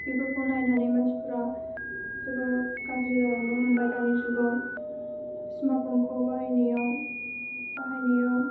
बेफोरखौ नायनानै मानसिफोरा जोबोर गाज्रि जालांनो हमबाय दानि जुगआव स्मार्टफ'नखौ बाहायनायाव